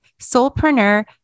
soulpreneur